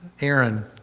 Aaron